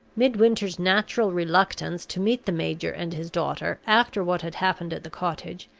midwinter's natural reluctance to meet the major and his daughter after what had happened at the cottage,